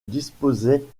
disposait